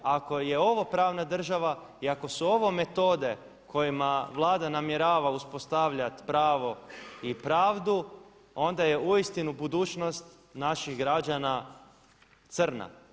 Ako je ovo pravna država i ako su ovo metode kojima Vlada namjerava uspostavljat pravo i pravdu onda je uistinu budućnost naših građana crna.